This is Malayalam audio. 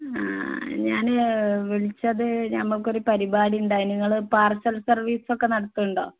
ഞാൻ വിളിച്ചത് ഞമ്മക്കൊരു പരിപാടിയുണ്ടായ്ന് നിങ്ങൾ പാർസൽ സർവിസൊക്കെ നടത്തുന്നുണ്ടോ